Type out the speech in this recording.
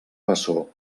bessó